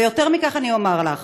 ויותר מכך אומר לך: